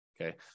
okay